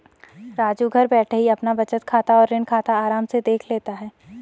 राजू घर बैठे ही अपना बचत खाता और ऋण खाता आराम से देख लेता है